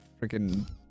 freaking